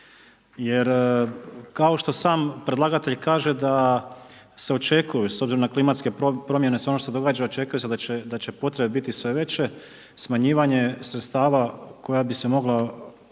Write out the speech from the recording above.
jer kao što sam predlagatelj kaže da se očekuju, s obzirom na klimatske promjene, sve ono što se događa očekuje se da će potrebe biti sve veće, smanjivanje sredstava koja bi se moglo otići